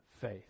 faith